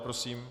Prosím.